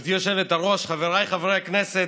גברתי היושבת-ראש, חבריי חברי הכנסת,